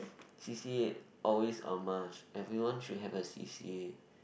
C_C_A always a must everyone should have a C_C_A